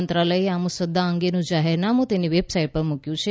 મંત્રાલયે આ મુસદ્દા અંગેનું જાહેરનામું તેની વેબસાઇટ પર મુક્યું છે